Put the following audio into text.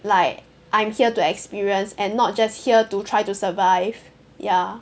like I'm here to experience and not just here to try to survive ya